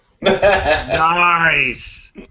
Nice